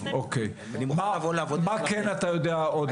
מה כן אתה יודע עוד לבשר?